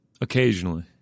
occasionally